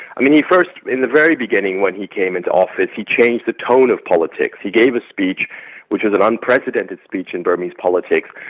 i mean, he first, in the very beginning when he came into office, he changed the tone of politics. he gave a speech which is an unprecedented speech in burmese politics,